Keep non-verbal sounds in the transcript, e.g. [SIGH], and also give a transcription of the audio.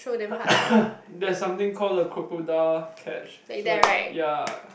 [COUGHS] there's something called the crocodile catch so it ya